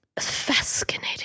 Fascinating